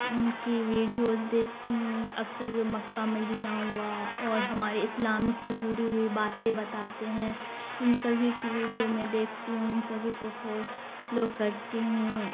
ان کی ویڈیوز دیکھتی ہوں اکثر جو مکہ مدینہ ہوا اور ہمارے اسلام سے جڑی ہوئی باتیں بتاتے ہیں ان سبھی کی ویڈیو میں دیکھتی ہوں ان سبھی کو فالو کرتی ہوں